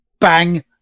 bang